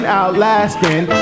outlasting